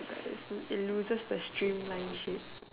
like it it loses the streamline shape